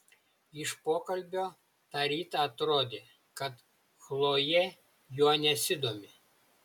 iš pokalbio tą rytą atrodė kad chlojė juo nesidomi